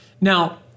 Now